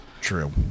True